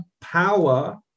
power